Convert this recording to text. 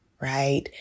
right